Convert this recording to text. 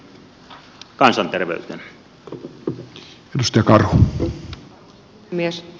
arvoisa puhemies